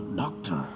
doctor